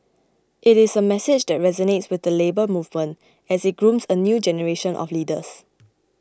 it is a message that resonates with the Labour Movement as it grooms a new generation of leaders